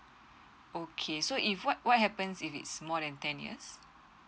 okay so if what what happens if it's more than ten years